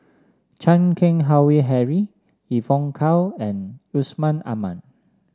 Chan Keng Howe Harry Evon Kow and Yusman Aman